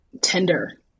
tender